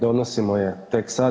Donosimo je tek sad.